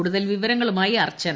കൂടുതൽ വിവരങ്ങളുമായി അർച്ചന